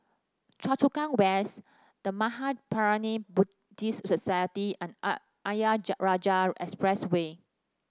Choa Chu Kang West The Mahaprajna Buddhist Society and Ayer Jah Rajah Expressway